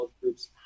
groups